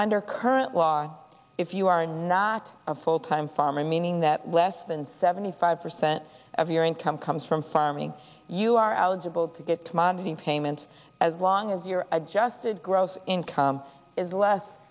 under current law if you are not a full time farmer meaning that less than seventy five percent of your income comes from farming you are eligible to get to magdy payments as long as your adjusted gross income is less